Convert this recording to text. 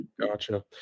Gotcha